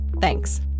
Thanks